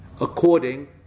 according